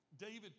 David